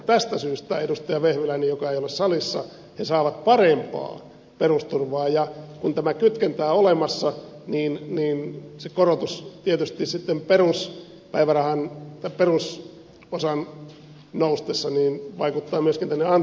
tästä syystä edustaja vehviläinen joka ei ole salissa he saavat parempaa perusturvaa ja kun tämä kytkentä on olemassa niin se korotus tietysti sitten päivärahan perusosan noustessa vaikuttaa myöskin tähän ansio osaan